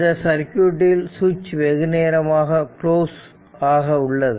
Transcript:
இந்த சர்க்யூட்டில் சுவிட்ச் வெகுநேரமாக குளோஸ் ஆக உள்ளது